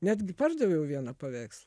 netgi pardaviau vieną paveikslą